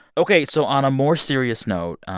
ok. so on a more serious note,